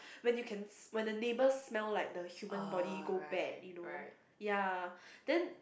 when you can s~ when the neighbours smell like the human body go bad you know ya then